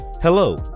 Hello